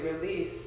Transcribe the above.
release